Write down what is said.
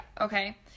Okay